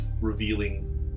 revealing